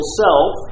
self